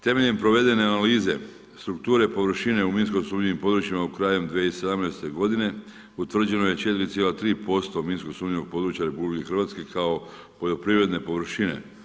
Temeljem provedene analize, strukture površine u minsko sumnjivim područjima u krajem 2017. godine, utvrđeno je 4,3% minsko sumnjivog područja RH kao poljoprivredne površine.